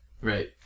Right